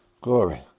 Glory